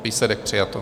Výsledek: přijato.